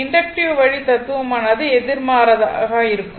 inductive வழி தத்துவமானது எதிர்மாறாக இருக்கும்